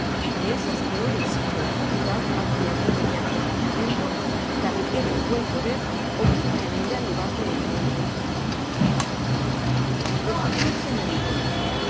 de ésas que hoy exige la sociedad a quien mediante el nacimiento la riqueza o el poder ocupa en ella lugar preeminente prosiguió el señorito